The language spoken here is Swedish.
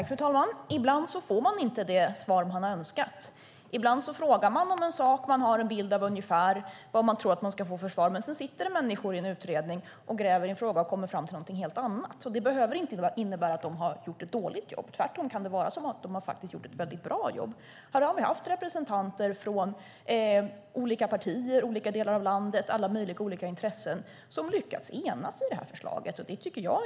Fru talman! Ibland får man inte det svar man har önskat. Ibland frågar man om en sak, man har en bild av ungefär vad man tror att man ska få för svar, men sedan sitter människor i en utredning, gräver i en fråga och kommer fram till något helt annat. Det behöver inte innebära att de har gjort ett dåligt jobb. Tvärtom kan de ha gjort ett bra jobb. Här har vi haft representanter från olika partier, olika delar av landet, alla möjliga olika intressen, som har lyckats enas i förslaget.